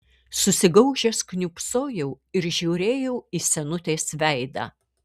susigaužęs kniūbsojau ir žiūrėjau į senutės veidą